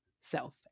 self